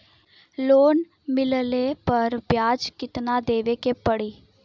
Loan मिलले पर ब्याज कितनादेवे के पड़ी?